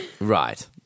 Right